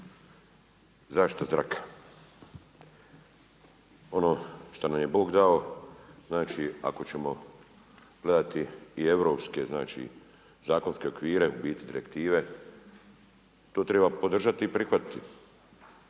Zaštita zraka. Ono što nam je Bog dao, znači ako ćemo gledati i europske znači zakonske okvire, u biti direktive, to treba podržati i prihvatiti.